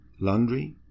laundry